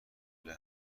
پله